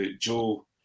Joe